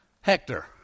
Hector